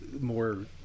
more